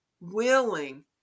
willing